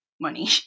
money